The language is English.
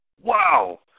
Wow